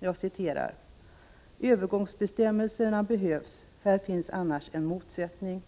Han yttrade: ”Övergångsbestämmelserna behövs, här finns annars en motsättning.”